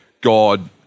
God